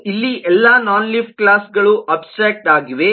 ಮತ್ತು ಇಲ್ಲಿ ಎಲ್ಲಾ ನಾನ್ ಲೀಫ್ ಕ್ಲಾಸ್ಗಳು ಅಬ್ಸ್ಟ್ರ್ಯಾಕ್ಟ್ ಆಗಿವೆ